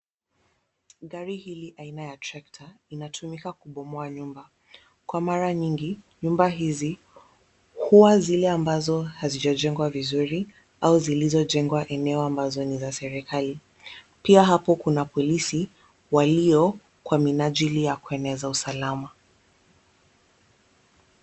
Gari hili aina ya Tractor linatumika kubomoa nyumba. Kwa mara nyingi nyumba hizi huwa zile ambazo hazijajengwa vizuri au zilizojengwa eneo ambazo ni za serikali. Pia hapo kuna polisi walio kwa minajili ya kueneza usalama.